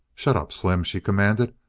shut up, slim! she commanded.